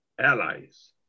allies